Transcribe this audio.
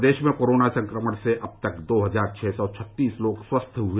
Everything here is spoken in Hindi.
प्रदेश में कोरोना संक्रमण से अब तक दो हजार छः सौ छत्तीस लोग स्वस्थ हुए